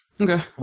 Okay